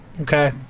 Okay